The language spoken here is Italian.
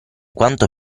quanto